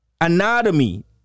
anatomy